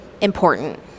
important